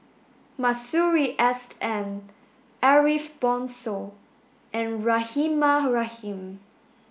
Masuri S N Ariff Bongso and Rahimah Rahim